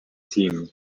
team